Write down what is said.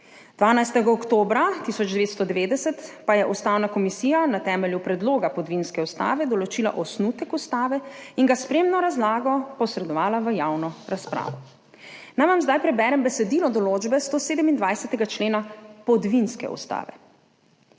12. oktobra 1990 pa je ustavna komisija na temelju predloga podvinske ustave določila osnutek ustave in ga s spremno razlago posredovala v javno razpravo. Naj vam zdaj preberem besedilo določbe 127. člena te podvinske ustave: